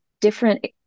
different